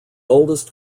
oldest